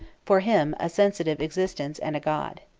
for him a sensitive existence and a god.